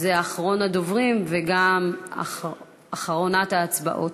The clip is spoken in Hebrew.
זה אחרון הדוברים וגם אחרונת ההצבעות.